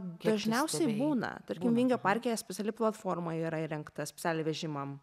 dažniausiai būna tarkim vingio parke speciali platforma yra įrengta specialiai vežimam